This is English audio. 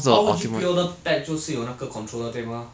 R_O_G pre-order pack 就是有那个 controller 对吗